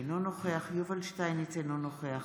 אינו נוכח יובל שטייניץ, אינו נוכח